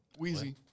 Weezy